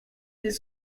des